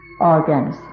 organs